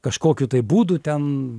kažkokiu tai būdu ten